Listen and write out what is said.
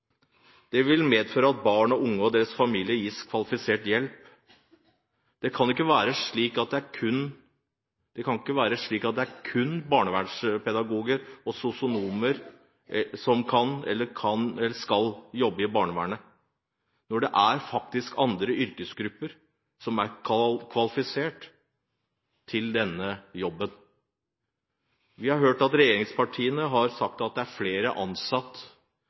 Det vil medføre at barn og unge og deres familier gis kvalifisert hjelp. Det kan ikke være slik at det er kun barnevernspedagoger og sosionomer som kan eller skal jobbe i barnevernet, når det faktisk er andre yrkesgrupper som er kvalifisert til denne jobben. Vi har hørt regjeringspartiene si at det er flere